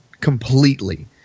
completely